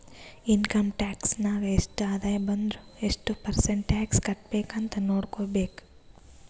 income tax ನಾಗ್ ಎಷ್ಟ ಆದಾಯ ಬಂದುರ್ ಎಷ್ಟು ಪರ್ಸೆಂಟ್ ಟ್ಯಾಕ್ಸ್ ಕಟ್ಬೇಕ್ ಅಂತ್ ನೊಡ್ಕೋಬೇಕ್